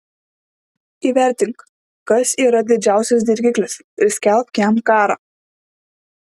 įvertink kas yra didžiausias dirgiklis ir skelbk jam karą